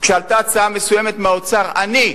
כשעלתה הצעה מסוימת מהאוצר, אני,